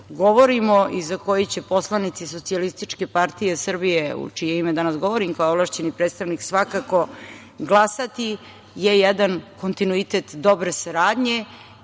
i za koji će poslanici SPS, u čije ime danas govorim kao ovlašćeni predstavnik, svakako glasati je jedan kontinuitet dobre saradnje